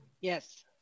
Yes